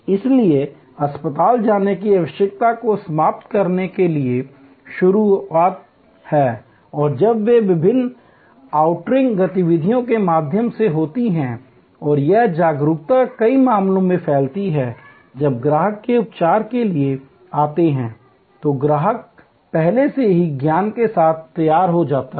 इसलिए अस्पताल जाने की आवश्यकता को समाप्त करने के लिए शुरुआत हैं और जब वे विभिन्न आउटरीच गतिविधियों के माध्यम से होते हैं और यह जागरूकता कई मामलों में फैलती है जब ग्राहक उपचार के लिए आते हैं तो ग्राहक पहले से ही ज्ञान के साथ तैयार हो जाता है